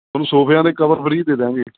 ਤੁਹਾਨੂੰ ਸੋਫਿਆਂ ਦੇ ਕਵਰ ਫਰੀ ਦੇ ਦੇਵਾਂਗੇ